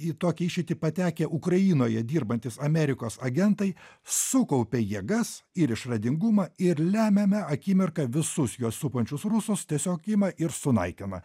į tokią išeitį patekę ukrainoje dirbantys amerikos agentai sukaupė jėgas ir išradingumą ir lemiame akimirką visus juos supančius rusus tiesiog ima ir sunaikina